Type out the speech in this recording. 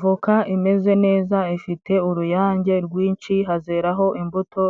Voka imeze neza ifite uruyange rwinshi, hazeraho imbuto